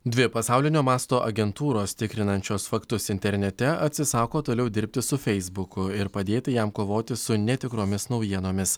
dvi pasaulinio masto agentūros tikrinančios faktus internete atsisako toliau dirbti su feisbuku ir padėti jam kovoti su netikromis naujienomis